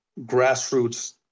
grassroots